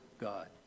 God